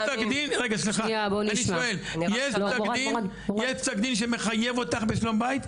אני שואל, יש פסק דין שמחייב אותך בשלום בית?